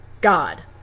god